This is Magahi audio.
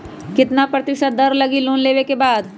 कितना प्रतिशत दर लगी लोन लेबे के बाद?